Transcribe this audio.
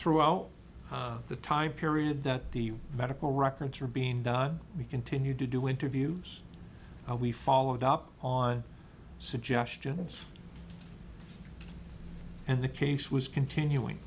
throughout the time period that the medical records are being done we continued to do interviews we followed up on suggestions and the case was continuing